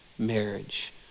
marriage